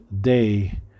day